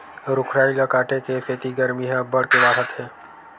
रूख राई ल काटे के सेती गरमी ह अब्बड़ के बाड़हत हे